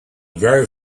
very